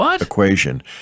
equation